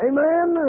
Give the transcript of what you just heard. Amen